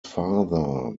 father